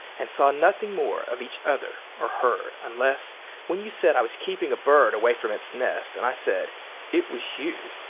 and saw nothing more of each other, or heard, unless when you said i was keeping a bird away from its nest, and i said it was you.